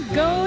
go